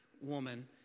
woman